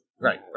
Right